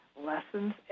lessons